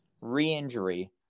re-injury